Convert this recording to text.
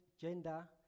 gender